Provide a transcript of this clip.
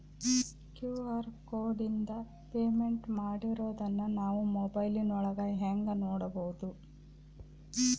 QR ಕೋಡಿಂದ payment ಮಾಡಿರೋದನ್ನ ನಾವು ಮೊಬೈಲಿನೊಳಗ ಹೆಂಗ ನೋಡಬಹುದು?